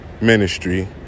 ministry